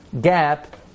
gap